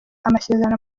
amasezerano